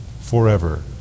forever